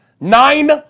Nine